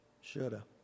shoulda